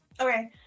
okay